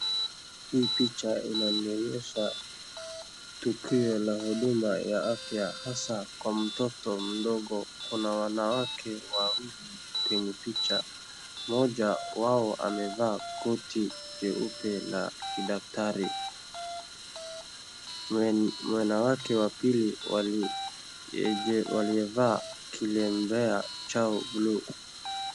Hii picha inanionyesha tukio la huduma ya afya hasa kwa mtoto mdogo. Kuna wanawake wawili kwenye picha mmoja wao amevaa koti jeupe na kidaktari mwanawake wa pili waliovaa kilembea cha buluu.